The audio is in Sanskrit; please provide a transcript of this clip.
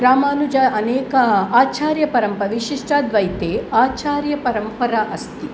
रामानुज अनेक आचार्यपरम्परे विशिष्टाद्वैते आचार्यपरम्परा अस्ति